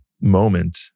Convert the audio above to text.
moment